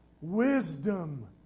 Wisdom